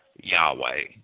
Yahweh